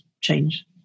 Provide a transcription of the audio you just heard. change